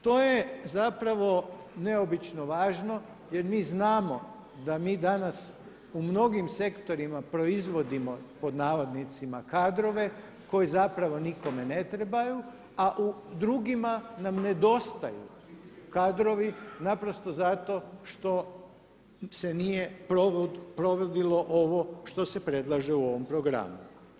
To je zapravo neobično važno jer mi znamo da mi danas u mnogim sektorima proizvodimo „kadrove“ koji zapravo nikome ne trebaju, a u drugima nam nedostaju kadrovi naprosto zato što se nije provodilo što se predlaže u ovom programu.